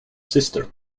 sister